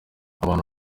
abantu